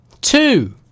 two